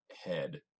head